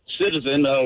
citizen